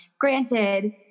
Granted